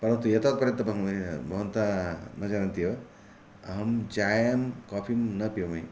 परन्तु एतावत्पर्यन्तमहं भवन्तः न जानन्ति एव अहं चायं काफीं न पिबामि